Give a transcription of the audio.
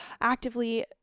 actively